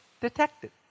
detected